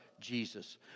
Jesus